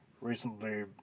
recently